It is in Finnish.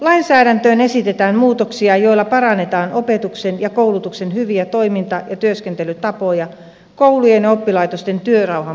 lainsäädäntöön esitetään muutoksia joilla parannetaan opetuksen ja koulutuksen hyviä toiminta ja työskentelytapoja koulujen ja oppilaitosten työrauhan parantamiseksi